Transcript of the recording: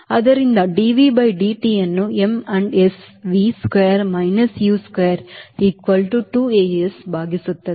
ಆದ್ದರಿಂದ dV by dt ವನ್ನು m and s V square minus U square equal to 2as ಭಾಗಿಸಿತ್ತದೆ